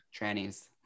Trannies